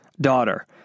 daughter